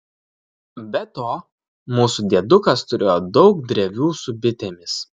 be to mūsų diedukas turėjo daug drevių su bitėmis